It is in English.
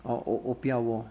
or or opium war